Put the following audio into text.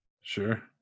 sure